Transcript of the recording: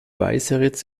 weißeritz